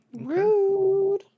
rude